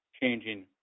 changing